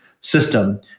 system